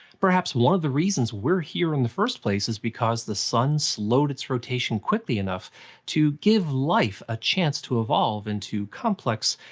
perhaps one of the reasons we're here in the first place is because the sun slowed its rotation quickly enough to give life a chance to evolve into more complex,